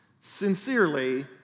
Sincerely